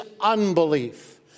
unbelief